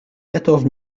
quatorze